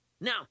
Now